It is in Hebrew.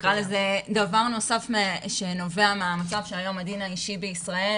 נקרא לזה דבר נוסף שנובע מהמצב שהיום הדין האישי בישראל,